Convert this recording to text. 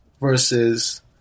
versus